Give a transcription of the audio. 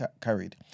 carried